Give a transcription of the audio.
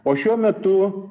o šiuo metu